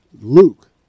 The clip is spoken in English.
Luke